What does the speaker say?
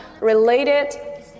related